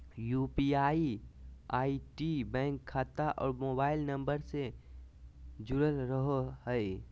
UPI ID bank खाता और mobile number से से जुरल रहो हइ